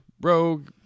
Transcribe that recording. rogue